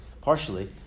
Partially